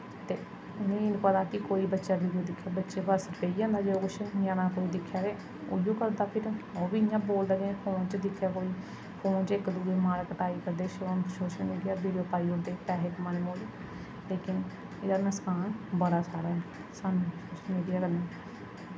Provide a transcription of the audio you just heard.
ते मीं निं पता कोई बच्चा वीडियो दिक्खै बच्चे बस पेई जंदा जो कुछ ञ्याना कोई दिक्खै ते ओह् ई करदा फिर ओह् बी इ'यां बोलदा दिक्खै कोई फोन च इक दूए दी मार कुटाई करदे फोन च सोशल मीडिया वीडियो पाई ओड़दे पैहे कमाने मूजब ते लेकिन एह् में थुआनूं सनां बड़ा सारा सोशल मीडिया दा